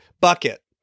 bucket